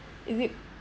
is it